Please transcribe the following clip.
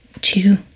two